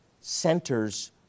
centers